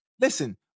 listen